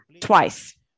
twice